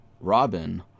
Robin